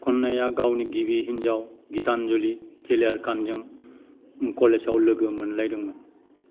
खन्नाया गावनि गिबि हिन्जाव गिथानजुलि थिलियारखानजों कलेजआव लोगो मोनलायदोंमोन